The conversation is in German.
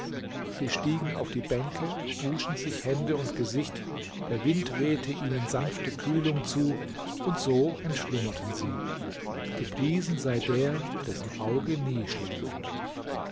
sie stiegen auf die bänke wuschen sich hände und gesicht der wind wehte ihnen sanfte kühlung zu und so entschlummerten sie gepriesen sei der dessen auge nie schläft